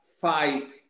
fight